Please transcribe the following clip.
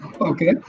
Okay